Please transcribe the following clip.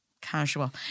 Casual